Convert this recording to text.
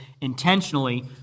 intentionally